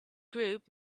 group